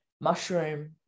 mushroom